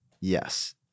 Yes